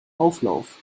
auflauf